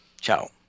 Ciao